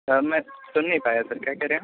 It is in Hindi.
सर मैं सुन नहीं पाया सर क्या कह रहे हैं